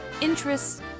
interests